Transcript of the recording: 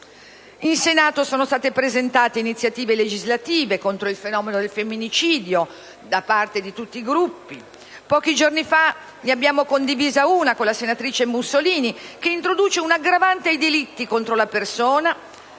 In Senato sono state presentate iniziative legislative contro il fenomeno del femminicidio da parte di tutti i Gruppi. Pochi giorni fa ne abbiamo condivisa una con la senatrice Mussolini, che introduce un'aggravante ai delitti contro la persona